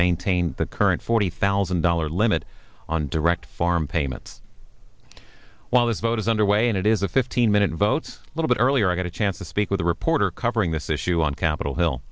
maintain the current forty thousand dollar limit on direct farm payments while this vote is underway and it is a fifteen minute vote a little bit earlier i had a chance to speak with a reporter covering this issue on capitol hill